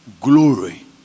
Glory